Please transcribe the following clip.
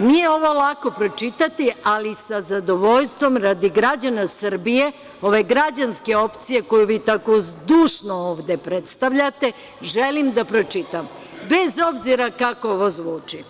nije ovo lako pročitati, ali sa zadovoljstvom, radi građana Srbije, ove građanske opcije, koju vi tako zdušno ovde predstavljate, želim da pročitam, bez obzira kako ovo zvuči.